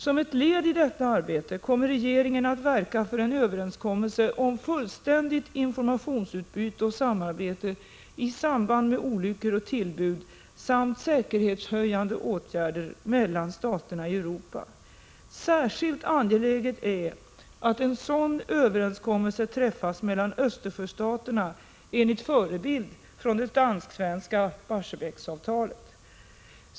Som ett led i detta arbete kommer regeringen att verka för en överenskommelse om fullständigt informationsutbyte och samarbete i samband med olyckor och tillbud samt säkerhetshöjande åtgärder mellan staterna i Europa. Särskilt angeläget är att en sådan överenskommelse träffas mellan Östersjöstaterna enligt förebild från det dansk-svenska Barsebäcksavtalet.